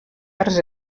arts